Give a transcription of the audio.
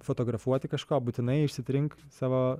fotografuoti kažką būtinai išsitrink savo